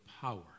power